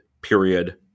Period